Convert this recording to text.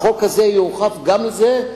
החוק הזה יורחב גם לזה,